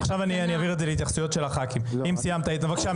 איתן,